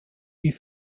wie